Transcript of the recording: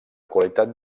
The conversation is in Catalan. qualitat